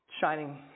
Shining